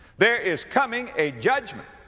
there is coming a judgment.